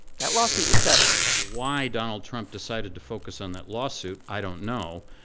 that lawsuit was settled why donald trump decided to focus on that lawsuit, i don't know.